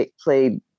played